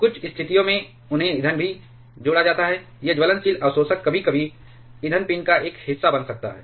कुछ स्थितियों में उन्हें ईंधन में भी जोड़ा जाता है यह ज्वलनशील अवशोषक कभी कभी ईंधन पिन का एक हिस्सा बन सकता है